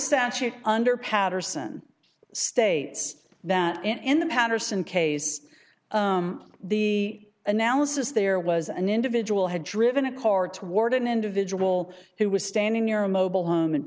statute under patterson states that in the patterson case the analysis there was an individual had driven a car toward an individual who was standing near a mobile home and